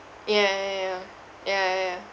ya ya ya ya ya ya ya